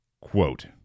Quote